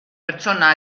pertsona